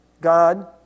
God